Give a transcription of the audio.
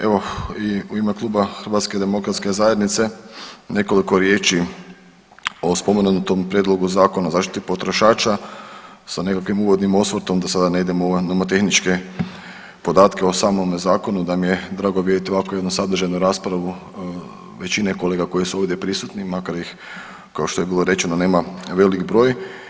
Evo i u ime kluba Hrvatske demokratske zajednice nekoliko riječi o spomenutom Prijedlogu zakona o zaštiti potrošača sa nekakvim uvodnim osvrtom da sada ne idem u ove nomotehničke podatke o samome zakonu, da mi je drago vidjeti ovakvu jednu sadržajnu raspravu većine kolega koji su ovdje prisutni makar ih kao što je bilo rečeno nema velik broj.